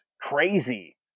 crazy